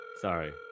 Sorry